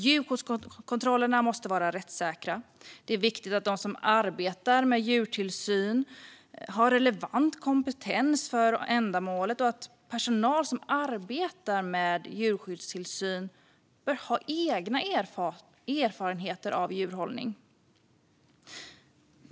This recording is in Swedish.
Djurskyddskontrollerna måste vara rättssäkra. Det är viktigt att de som arbetar med djurtillsyn har relevant kompetens för ändamålet, och personal som arbetar med djurskyddstillsyn bör ha egna erfarenheter av djurhållning.